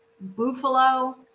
Buffalo